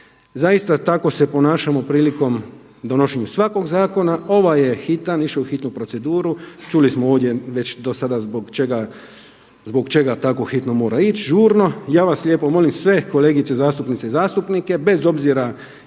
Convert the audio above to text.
Zaista tako se ponašamo prilikom donošenja svakog zakona. Ovaj je hitan, išao u hitnu proceduru, čuli smo ovdje već do sada zbog čega takvo hitno mora ići, žurno. Ja vas lijepo molim sve kolegice zastupnice i zastupnike bez obzira